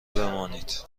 بمانید